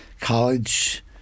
college